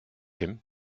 him